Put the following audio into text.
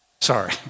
Sorry